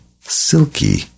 silky